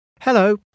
Hello